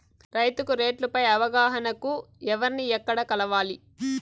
రైతుకు రేట్లు పై అవగాహనకు ఎవర్ని ఎక్కడ కలవాలి?